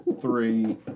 three